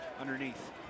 underneath